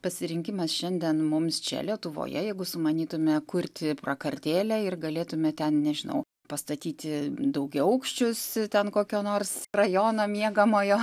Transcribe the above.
pasirinkimas šiandien mums čia lietuvoje jeigu sumanytume kurti prakartėlę ir galėtume ten nežinau pastatyti daugiaaukščius ten kokio nors rajono miegamojo